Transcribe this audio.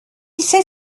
c’est